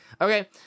okay